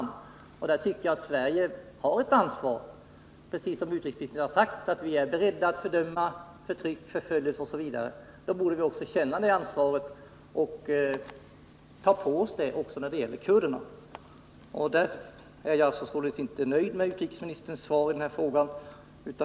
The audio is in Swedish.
Jag tycker att Sverige har ett ansvar på den punkten. På samma sätt som utrikesministern sagt att man är beredd att fördöma förtryck, förföljelse osv. borde han känna ett sådant ansvar och också ta på sig det när det gäller kurderna. I det avseendet är jag inte nöjd med utrikesministerns svar i denna fråga.